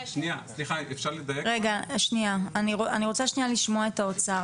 אני רוצה לשמוע את האוצר.